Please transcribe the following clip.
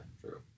True